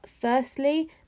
firstly